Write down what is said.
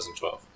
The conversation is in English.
2012